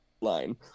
line